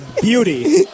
beauty